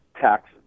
taxes